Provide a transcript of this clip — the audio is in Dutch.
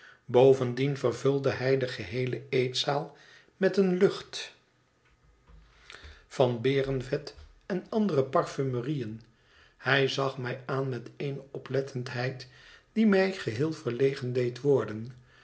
bovendien vervulde hij de geheele eetzaal met eene lucht van berenvet en andere parfumerieën hij zag mij aan met eene oplettendheid die mij geheel verlegen deed worden